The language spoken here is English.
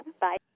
Bye